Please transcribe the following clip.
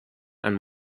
and